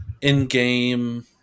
in-game